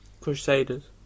Crusaders